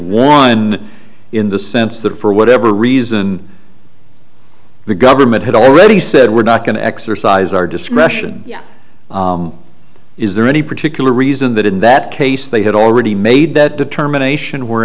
won in the sense that for whatever reason the government had already said we're not going to exercise our discretion is there any particular reason that in that case they had already made that determination were